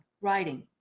writing